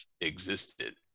existed